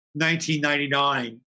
1999